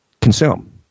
consume